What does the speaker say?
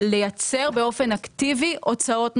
לייצר באופן אקטיבי הוצאות נוספות,